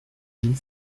mille